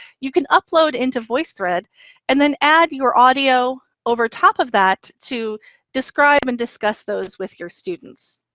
you can upload into voicethread and then add your audio over top of that to describe and discuss those with your students.